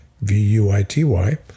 V-U-I-T-Y